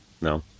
no